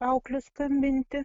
auklių skambinti